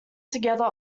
together